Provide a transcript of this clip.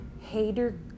hater